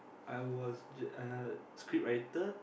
I was j~ uh scriptwriter